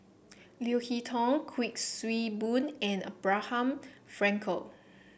Leo Hee Tong Kuik Swee Boon and Abraham Frankel